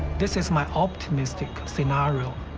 this is my optimistic scenario,